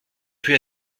plus